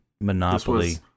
Monopoly